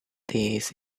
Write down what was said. this